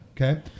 Okay